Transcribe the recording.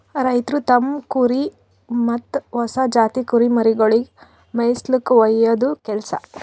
ರೈತ್ರು ತಮ್ಮ್ ಕುರಿ ಮತ್ತ್ ಹೊಸ ಜಾತಿ ಕುರಿಮರಿಗೊಳಿಗ್ ಮೇಯಿಸುಲ್ಕ ಒಯ್ಯದು ಕೆಲಸ